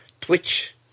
Twitch